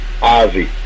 Ozzy